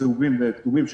צהובים וכתומים,